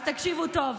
אז תקשיבו טוב: